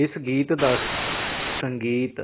ਇਸ ਗੀਤ ਦਾ ਸੰਗੀਤ